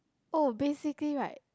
oh basically right